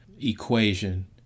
equation